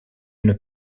une